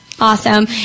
awesome